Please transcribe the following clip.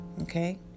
okay